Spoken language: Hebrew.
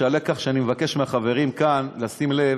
הלקח שאני מבקש מהחברים כאן לשים לב